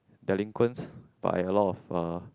delinquents by a lot of uh